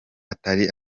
atari